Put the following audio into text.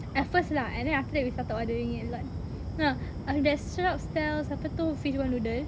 at first lah and then after that we started ordering it like !huh! and that shop sells apa tu fishball noodle